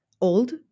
old